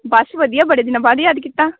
ਬਸ ਵਧੀਆ ਬੜੇ ਦਿਨਾਂ ਬਾਅਦ ਯਾਦ ਕੀਤਾ